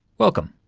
welcome.